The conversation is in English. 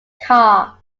car